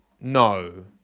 no